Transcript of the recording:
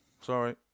Sorry